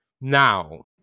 Now